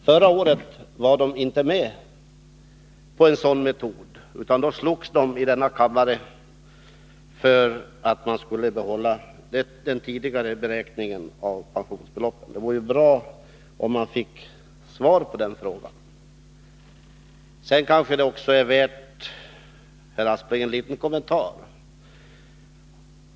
Förra året var de inte med på en sådan metod — då slogs de i denna kammare för att man skulle behålla den tidigare beräkningen av pensionsbeloppen. Det vore bra om jag fick ett svar på den frågan.